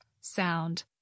sound